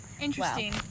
Interesting